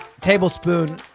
tablespoon